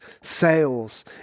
sales